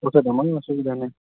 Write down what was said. ପଚାରି ଦିଅ ଅସୁବିଧା ନାହିଁ